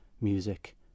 music